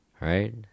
right